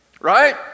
Right